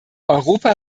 europa